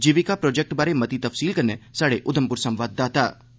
जीबिका project बारै मती तफसील कन्नै स्हाड़े उधमपुर संवाददाता